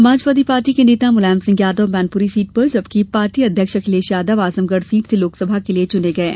Samajwadi party के नेता Mulayam Singh Yadav Mainpuri seat पर जबकि पार्टी अध्यक्ष अखिलेश यादव आजमगढ़ सीट से लोकसभा के लिए चुने गये हैं